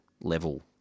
level